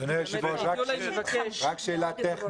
אדוני היושב ראש, שאלה טכנית.